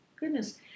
goodness